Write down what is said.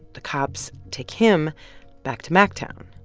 the cops take him back to mactown.